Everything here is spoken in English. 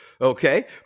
okay